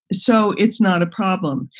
so it's not a problem.